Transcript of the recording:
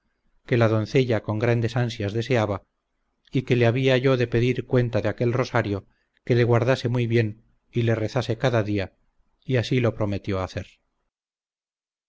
que la doncella con grandes ansias deseaba y que le había yo de pedir cuenta de aquel rosario que le guardase muy bien y le rezase cada día y así lo prometió hacer